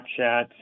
Snapchat